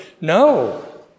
No